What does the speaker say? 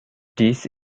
these